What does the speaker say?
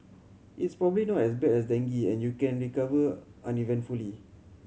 it's probably not as bad as dengue and you can recover uneventfully